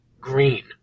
green